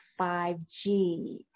5G